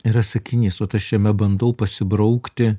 yra sakinys vat aš jame bandau pasibraukti